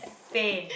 insane